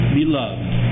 beloved